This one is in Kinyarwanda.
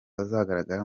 azagaragara